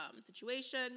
situation